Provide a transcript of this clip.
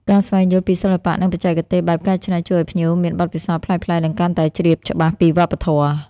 ការស្វែងយល់ពីសិល្បៈ និងបច្ចេកទេសបែបកែច្នៃជួយឲ្យភ្ញៀវមានបទពិសោធន៍ប្លែកៗ និងកាន់តែជ្រាបច្បាស់ពីវប្បធម៌។